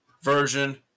version